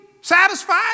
satisfied